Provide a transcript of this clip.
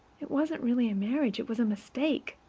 it wasn't really a marriage it was a mistake.